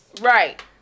right